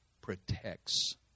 protects